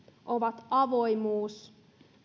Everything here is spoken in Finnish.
on avoimuus